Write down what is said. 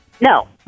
No